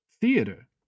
Theater